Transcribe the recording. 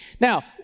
Now